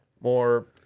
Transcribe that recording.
more